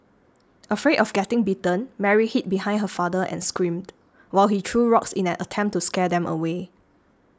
afraid of getting bitten Mary hid behind her father and screamed while he threw rocks in an attempt to scare them away